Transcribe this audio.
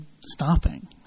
stopping